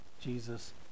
Jesus